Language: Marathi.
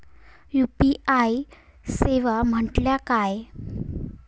यू.पी.आय सेवा म्हटल्या काय?